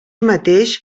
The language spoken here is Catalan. mateix